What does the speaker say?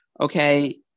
Okay